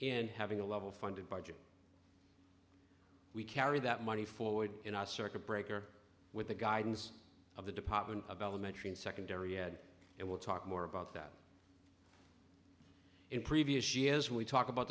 and having a level funding budget we carried that money forward in a circuit breaker with the guidance of the department of elementary and secondary ed and we'll talk more about that in previous years we talk about